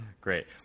Great